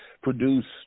produced